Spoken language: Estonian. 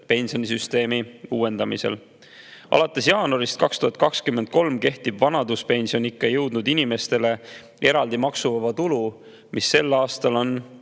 pensionisüsteemi uuendamisel. Alates jaanuarist 2023 kehtib vanaduspensioniikka jõudnud inimestele eraldi maksuvaba tulu, mis sel aastal on